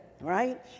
right